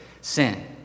sin